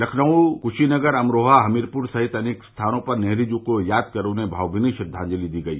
लखनऊ कुशीनगर अमरोहा हमीरपुर सहित अनेकों स्थानों पर नेहरू जी को याद कर उन्हें भावभीनी श्रद्वाजंति दी गई